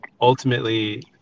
Ultimately